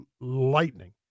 lightning